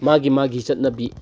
ꯃꯥꯒꯤ ꯃꯥꯒꯤ ꯆꯠꯅꯕꯤ